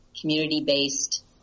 community-based